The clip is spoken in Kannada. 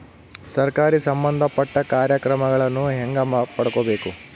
ಸರಕಾರಿ ಸಂಬಂಧಪಟ್ಟ ಕಾರ್ಯಕ್ರಮಗಳನ್ನು ಹೆಂಗ ಪಡ್ಕೊಬೇಕು?